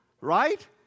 Right